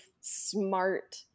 smart